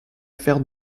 faire